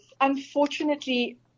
unfortunately